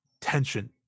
tension